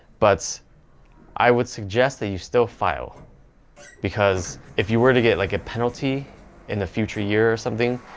but i would suggest that you still file because if you were to get like a penalty in the future year or something,